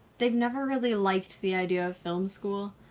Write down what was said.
they've never really liked the idea of film school,